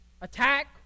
attack